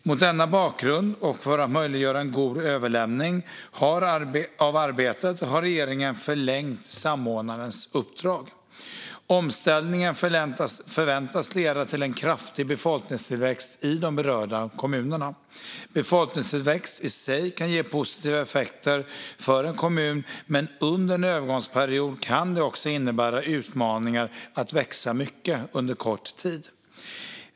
Mot denna bakgrund och för att möjliggöra en god överlämning av arbetet har regeringen förlängt samordnarens uppdrag. Omställningen förväntas leda till en kraftig befolkningstillväxt i de berörda kommunerna. Befolkningstillväxt i sig kan ge positiva effekter för en kommun, men under en övergångsperiod kan det också innebära utmaningar att växa mycket på kort tid.